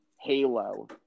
Halo